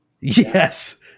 Yes